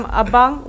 abang